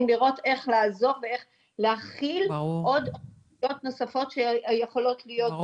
לראות איך לעזור ואיך להכיל עוד פניות נוספות שיכולות להיות זכאיות.